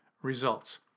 results